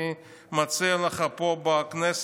אני מציע לך פה בכנסת,